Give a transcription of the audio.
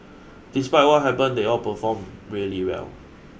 despite what happened they all performed really well